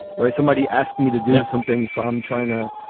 right? somebody asked me to do something. so i'm trying to,